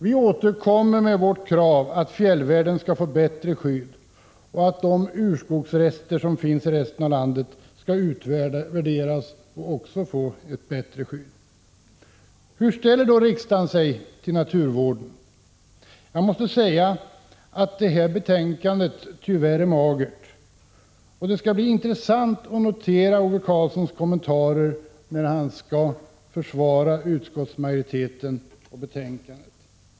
Vi återkommer med vårt krav att fjällvärlden skall få bättre skydd och att de urskogsrester som finns i övriga landet skall utvärderas och också få ett bättre skydd. Hur ställer sig riksdagen till naturvården? Jag måste säga att betänkandet tyvärr är magert, och det skall bli intressant att notera Ove Karlssons kommentarer när han skall försvara utskottsmajoriteten och betänkandet.